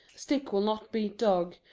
stick will not beat dog,